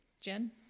Jen